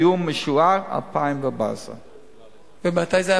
מועד סיום משוער: 2014. ומתי זה היה,